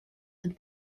and